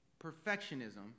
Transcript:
perfectionism